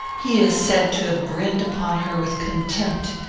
he is said to have grinned upon her with contempt,